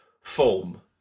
form